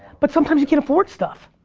but sometimes you can't afford stuff.